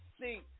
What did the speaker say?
See